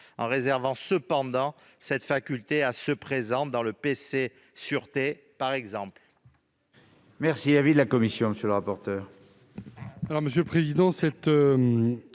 en réservant cependant cette faculté à ceux qui sont présents dans le PC Sûreté, par exemple.